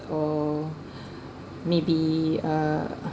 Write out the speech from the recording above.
or may be uh